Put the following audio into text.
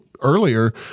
earlier